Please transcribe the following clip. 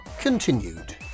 continued